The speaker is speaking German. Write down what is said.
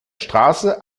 straße